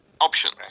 Options